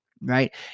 Right